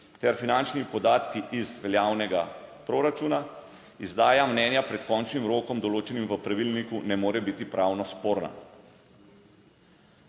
ter finančnimi podatki iz veljavnega proračuna, izdaja mnenja pred končnim rokom, določenim v pravilniku, ne more biti pravno sporna.